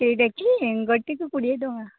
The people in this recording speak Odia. ଏଇଟା କି ଗୋଟିକୁ କୋଡ଼ିଏ ଟଙ୍କା